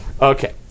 Okay